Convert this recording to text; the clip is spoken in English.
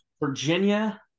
Virginia